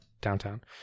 downtown